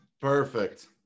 Perfect